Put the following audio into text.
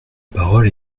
parole